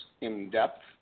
in-depth